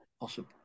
Awesome